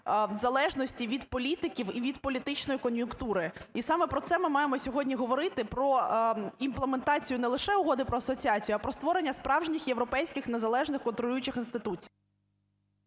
залежності від політиків і від політичної кон'юнктури. І саме про це ми маємо сьогодні говорити – про імплементацію не лише Угоди про асоціацію, а про створення справжніх європейських незалежних контролюючих інституцій.